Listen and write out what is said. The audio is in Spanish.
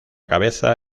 cabeza